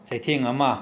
ꯆꯩꯊꯦꯡ ꯑꯃ